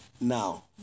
now